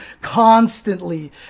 constantly